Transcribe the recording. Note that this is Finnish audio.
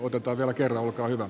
otetaan vielä kerran olkaa hyvä